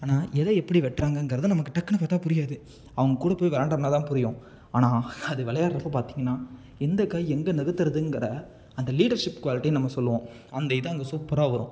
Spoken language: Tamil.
ஆனால் எதை எப்படி வெட்றாங்கங்கறத நமக்கு டக்குன்னு பார்த்தா புரியாது அவங்க கூடப்போய் விளையாண்டம்னா தான் புரியும் ஆனால் அது விளையாட்றப்ப பார்த்திங்கன்னா எந்த காய் எங்கே நகர்த்துறதுங்கிற அந்த லீடர்ஷிப் குவாலிட்டின்னு நம்ம சொல்லுவோம் அந்த இது அங்கே சூப்பராக வரும்